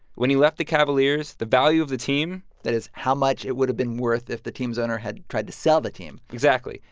when he left the cavaliers, the value of the team. that is how much it would have been worth if the team's owner had tried to sell the team exactly.